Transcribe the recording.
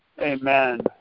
Amen